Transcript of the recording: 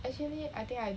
actually I think I